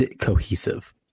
cohesive